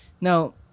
Now